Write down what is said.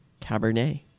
Cabernet